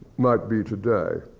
might be today.